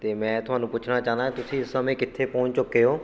ਅਤੇ ਮੈਂ ਤੁਹਾਨੂੰ ਪੁੱਛਣਾ ਚਾਹੁੰਦਾ ਤੁਸੀਂ ਇਸ ਸਮੇਂ ਕਿੱਥੇ ਪਹੁੰਚ ਚੁੱਕੇ ਓਂ